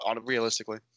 Realistically